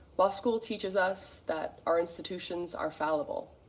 law school teaches us that our institutions are fallible.